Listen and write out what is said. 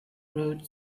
rode